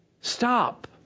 stop